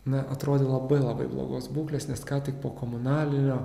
na atrodė labai labai blogos būklės nes ką tik po komunalinio